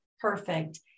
perfect